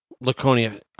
Laconia